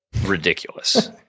ridiculous